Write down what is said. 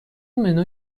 منو